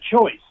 choice